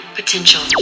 potential